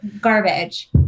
garbage